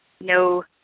No